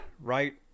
right